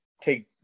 take